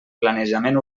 planejament